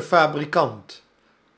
fabrikant